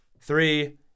three